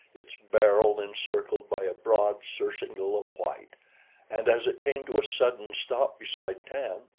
its barrel encircled by a broad surcingle of white and as it came to a sudden stop beside tan,